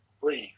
breathe